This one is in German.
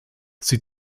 sie